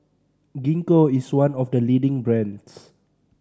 Gingko is one of the leading brands